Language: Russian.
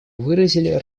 выразили